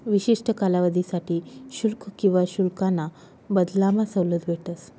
विशिष्ठ कालावधीसाठे शुल्क किवा शुल्काना बदलामा सवलत भेटस